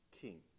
king